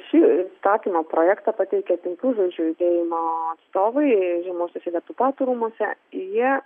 šį įstatymo projektą pateikė penkių žvaigždžių judėjimo atstovai žemuosiuose deputatų rūmuose jie